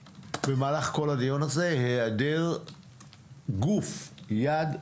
במהלך כל הדיון הזה עלה היעדרו של גוף מתכלל.